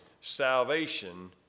salvation